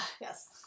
yes